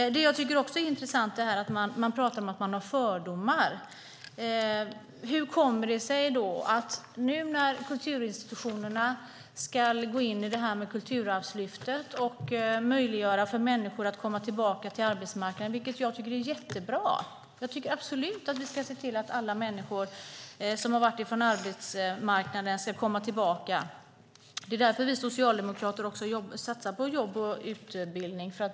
Jag tycker att det är intressant att man pratar om fördomar. Nu ska kulturinstitutionerna gå in i Kulturarvslyftet och möjliggöra för människor att komma tillbaka till arbetsmarknaden. Det tycker jag är jättebra. Jag tycker absolut att vi ska se till att alla människor som har varit borta från arbetsmarknaden ska komma tillbaka. Det är därför vi socialdemokrater satsar på jobb och utbildning.